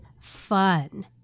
fun